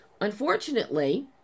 Unfortunately